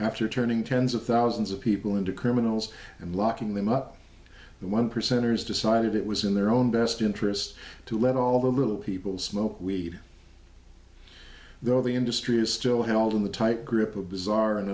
after turning tens of thousands of people into criminals and locking them up one percenters decided it was in their own best interest to let all the little people smoke weed though the industry is still held in the tight grip of bizarre and